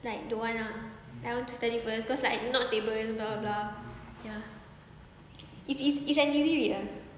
like don't want ah I want to study first cause like not stable blah blah yeah it's it is an easy read ah